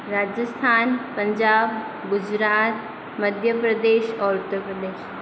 राजस्थान पंजाब गुजरात मध्य प्रदेश और उत्तर प्रदेश